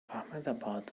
ahmedabad